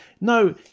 No